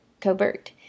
covert